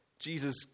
Jesus